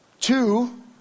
two